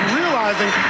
realizing